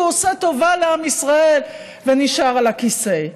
הוא עושה טובה לעם ישראל ונשאר על הכיסא.